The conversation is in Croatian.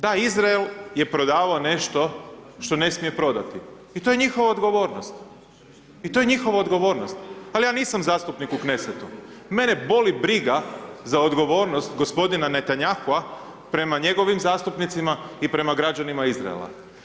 Da Izrael je prodavao nešto što ne smije prodati i to je njihova odgovornost i to je njihova odgovornost, ali ja nisam zastupnik u Knesetu, mene boli briga za odgovornost gospodina Netanjahua prema njegovim zastupnicima i prema građanima Izraela.